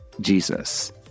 Jesus